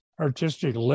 artistic